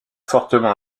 fortement